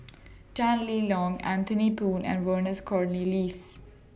Tan Lee Leng Anthony Poon and Vernon Cornelius